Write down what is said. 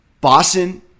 Boston